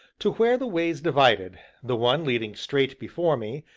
to where the ways divided, the one leading straight before me,